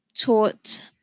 taught